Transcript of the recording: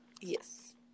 Yes